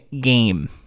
game